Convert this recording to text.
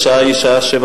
השעה היא 19:30,